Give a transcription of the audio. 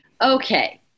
Okay